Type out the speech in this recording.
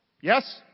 Yes